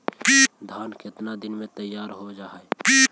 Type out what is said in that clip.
धान केतना दिन में तैयार हो जाय है?